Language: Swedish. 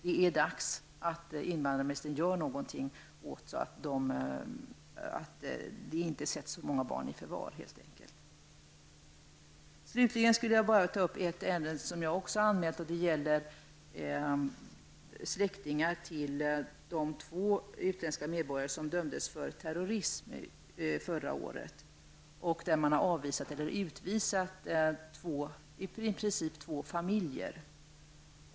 Det är dags för invandrarministern att göra någonting så att det inte sätts för många barn i förvar. Slutligen vill jag ta upp ett ärende som jag också har anmält. Det gäller släktingar till de två utländska medborgare som förra året dömdes för terrorism. I samband med detta utvisade man i princip två familjer.